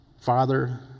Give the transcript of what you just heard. Father